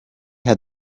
had